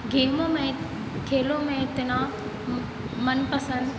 घिमों में खेलों में इतना मनपसंद